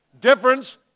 Difference